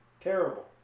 Terrible